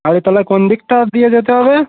আরে তাহলে কোন দিকটা দিয়ে যেতে হবে